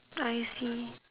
I see